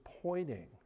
pointing